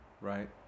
right